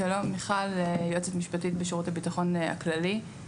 מ1: שלום, יועצת משפטית בשירות הביטחון הכללי.